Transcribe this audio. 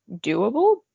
doable